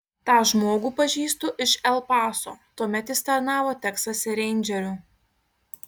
tą žmogų pažįstu iš el paso tuomet jis tarnavo teksase reindžeriu